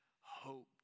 hoped